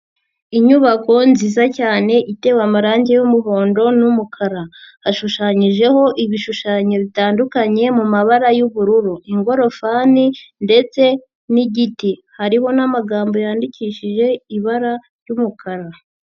Inyubako nziza cyane itewe amarangi y'umuhondo n'umukara. Hashushanyijeho ibishushanyo bitandukanye mu mabara y'ubururu. Ingorofani ndetse n'igiti. Hariho n'amagambo yandikishije ibara ry'umukara.